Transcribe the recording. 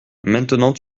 maintenant